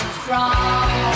strong